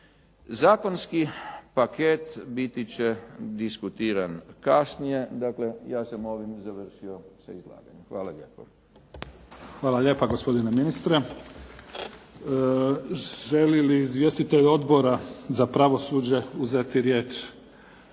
Zakonski paket biti će diskutiran kasnije, dakle ja sam ovim završio sa izlaganjem. Hvala lijepo. **Mimica, Neven (SDP)** Hvala lijepa gospodine ministre. Želi li izvjestitelj Odbora za pravosuđe uzeti riječ?